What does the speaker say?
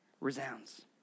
resounds